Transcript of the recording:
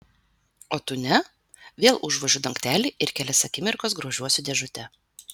o tu ne vėl užvožiu dangtelį ir kelias akimirkas grožiuosi dėžute